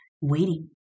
waiting